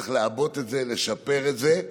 צריך לעבות את זה, לשפר את זה,